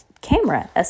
camera